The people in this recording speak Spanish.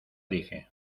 dije